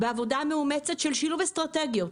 בעבודה מאומצת של שילוב אסטרטגיות,